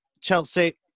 Chelsea